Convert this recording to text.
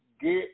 get